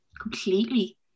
completely